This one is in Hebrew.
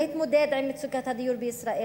להתמודד עם מצוקת הדיור בישראל.